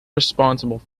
responsible